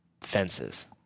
fences